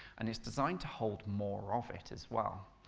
and it's designed to hold more of it as well,